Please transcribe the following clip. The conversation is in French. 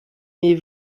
mais